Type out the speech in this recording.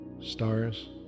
Stars